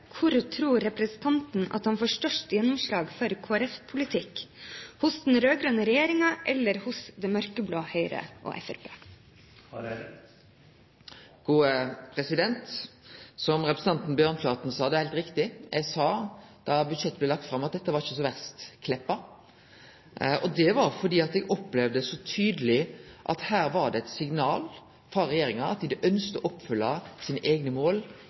hvor tror representanten at han får størst gjennomslag for Kristelig Folkeparti-politikk – hos den rød-grønne regjeringen eller hos det mørkeblå Høyre og Fremskrittspartiet? Det som representanten Bjørnflaten sa, er heilt riktig. Da budsjettet blei lagt fram, sa eg at dette var ikkje så verst, Kleppa. Det var fordi eg så tydeleg opplevde at her var det eit signal frå regjeringa om at dei ønskte å oppfylle sine eigne mål